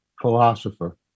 philosopher